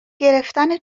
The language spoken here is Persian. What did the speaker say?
گرفتن